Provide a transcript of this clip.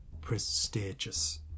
prestigious